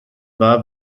wahr